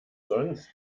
sonst